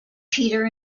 peter